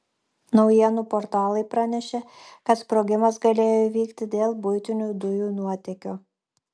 naujienų portalai pranešė kad sprogimas galėjo įvykti dėl buitinių dujų nuotėkio